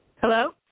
Hello